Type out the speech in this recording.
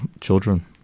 children